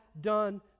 done